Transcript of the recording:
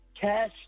cash